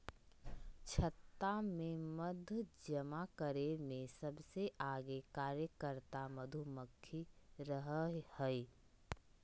छत्ता में मध जमा करे में सबसे आगे कार्यकर्ता मधुमक्खी रहई हई